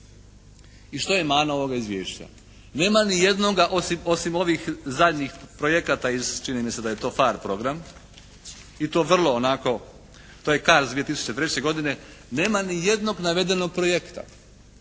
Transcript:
I što je mana ovoga izvješća? Nema nijednoga osim ovih zadnjih projekata iz, čini mi se da je to «PHARE» program i to vrlo onako, to je «CARDS» 2003. godine nema ni jednog navedenog projekta.